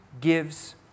gives